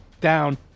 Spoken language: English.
down